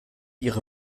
ihre